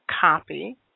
copy